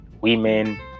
women